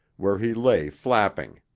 where he lay flapping.